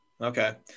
Okay